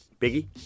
Biggie